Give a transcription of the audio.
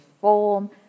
form